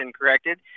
corrected